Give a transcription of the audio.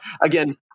Again